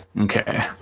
okay